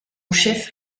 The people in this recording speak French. chef